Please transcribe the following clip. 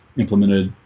implemented,